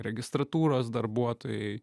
registratūros darbuotojai